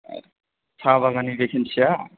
आद साहा बागाननि भेखेनसिया